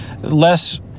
less